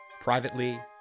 Privately